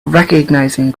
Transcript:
recognizing